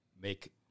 make